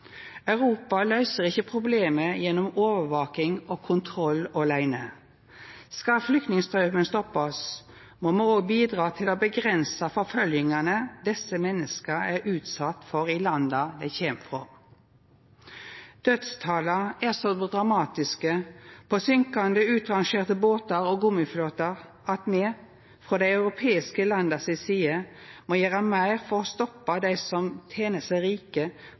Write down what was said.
Europa løyser ikkje problemet gjennom overvaking og kontroll åleine. Skal flyktningstraumen stoppast, må me òg bidra til å avgrensa forfølgingane desse menneska er utsette for i landa dei kjem frå. Dødstala er så dramatiske, på søkkande, utrangerte båtar og gummiflåtar, at me frå dei europeiske landa si side må gjera meir for å stoppa dei som tener seg rike